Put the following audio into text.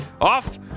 Off